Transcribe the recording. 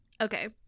okay